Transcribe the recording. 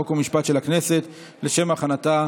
חוק ומשפט של הכנסת לשם הכנתה